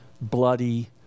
bloody